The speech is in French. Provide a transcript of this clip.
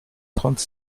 trente